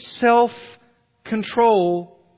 self-control